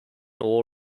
all